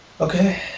Okay